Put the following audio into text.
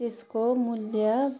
त्यसको मूल्य